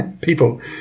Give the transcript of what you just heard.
people